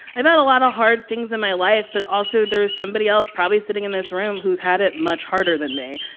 i've had a lot of hard things in my life. but also, there's somebody else probably sitting in this room who's had it much harder than me.